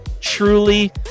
truly